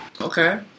Okay